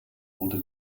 wurde